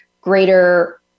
greater